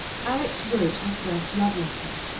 alex wrote her first love-letter,